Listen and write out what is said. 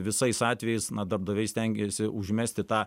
visais atvejais darbdaviai stengiasi užmesti tą